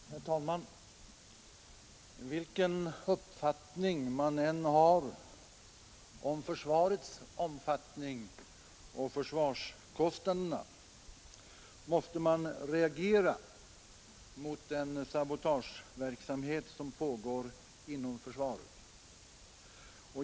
Herr talman! Vilken uppfattning man än har om försvarets omfattning och försvarskostnaderna måste man reagera mot den sabotageverksamhet som pågår inom försvaret.